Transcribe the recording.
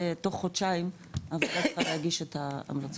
והוועדה אמורה תוך חודשיים להגיש את ההמלצות.